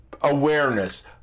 awareness